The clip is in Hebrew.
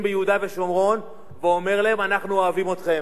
ביהודה ושומרון ואומר להם: אנחנו אוהבים אתכם,